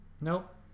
Nope